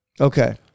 Okay